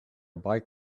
bike